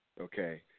okay